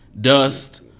dust